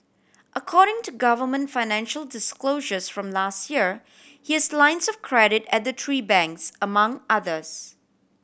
according to government financial disclosures from last year he is lines of credit at the three banks among others